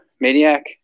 maniac